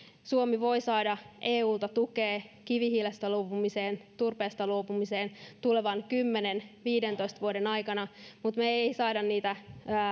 suomi voi saada eulta tukea kivihiilestä luopumiseen turpeesta luopumiseen tulevan kymmenen viiva viidentoista vuoden aikana mutta me emme saa niitä